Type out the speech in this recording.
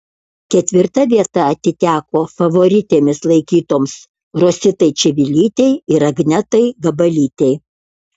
ketvirta vieta atiteko favoritėmis laikytoms rositai čivilytei ir agnetai gabalytei